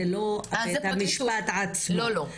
זה לא בית המשפט עצמו.